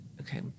okay